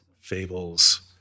Fables